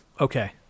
Okay